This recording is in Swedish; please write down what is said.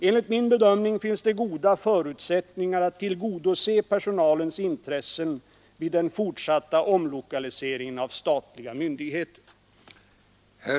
Enligt min bedömning finns det goda förutsättningar att tillgodose personalens intressen vid den fortsatta omlokaliseringen av statliga myndigheter.